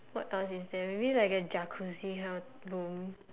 what toilets is there maybe like a Jacuzzi kind of room